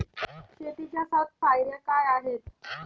शेतीच्या सात पायऱ्या काय आहेत?